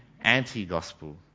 anti-gospel